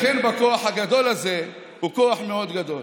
לכן, בכוח הגדול הזה הוא כוח מאוד גדול.